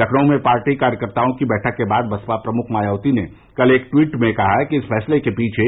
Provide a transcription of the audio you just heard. लखनऊ में पार्टी कार्यकर्ताओं की बैठक के बाद बसपा प्रमुख मायावती ने कल एक ट्वीट में कहा कि इस फैसले के पीछे